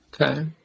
Okay